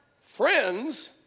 friends